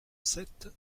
sept